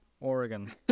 Oregon